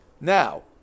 now